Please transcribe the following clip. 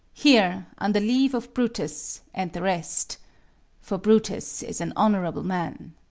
here, under leave of brutus, and the rest for brutus is an honorable man,